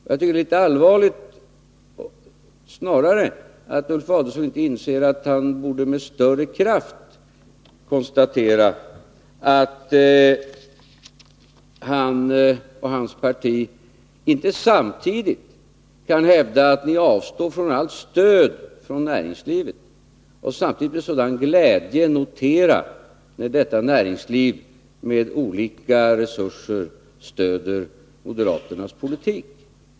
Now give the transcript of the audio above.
Jag tycker att det är litet allvarligt att Ulf Adelsohn inte inser att han och hans parti inte kan hävda att ni avstår från allt stöd från näringslivet och Nr 61 samtidigt med sådan glädje notera när detta näringsliv med olika resurser stöder moderaternas politik.